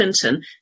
Clinton